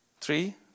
Three